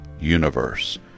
universe